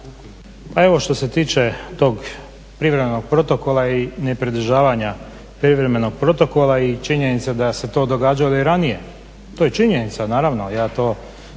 Pa evo što se tiče tog privremenog protokola i nepridržavanja privremenog protokola i činjenice da se to događalo i ranije, to je činjenica naravno, ja to